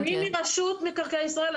אני מרשות מקרקעי ישראל.